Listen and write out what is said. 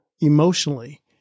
emotionally